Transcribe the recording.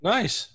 Nice